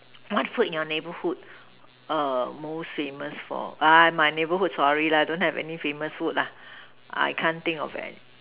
what food in your neighbourhood err most famous for ah my neighbourhood sorry lah don't have any famous food lah I can't think of any